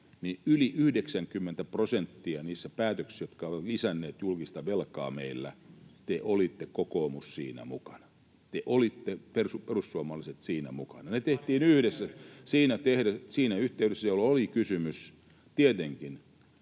yli 90 prosentissa niistä päätöksistä, jotka ovat lisänneet julkista velkaa meillä, te olitte, kokoomus, mukana, te olitte, perussuomalaiset, mukana. [Matias Mäkysen välihuuto] Ne tehtiin yhdessä siinä yhteydessä, jolloin oli kysymys tietenkin